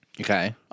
Okay